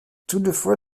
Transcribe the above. toutefois